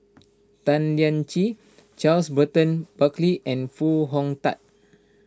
Tan Lian Chye Charles Burton Buckley and Foo Hong Tatt